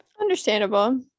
understandable